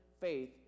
faith